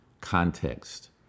context